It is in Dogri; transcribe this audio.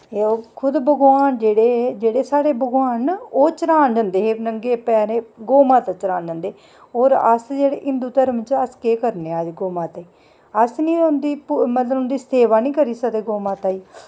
ते ओह् खुद भगवान जेह्ड़े हे जेह्ड़े साढ़े भगवान न चरान जंदे हे नगें पैरें गौऽ माता चरान जंदे हे होर अस जेह्ड़े हिन्दू धर्म च अस केह् करने आं गौऽ माता ई अस ना उं'दी मतलब सेवा निं करी सकदे गौऽ माता दी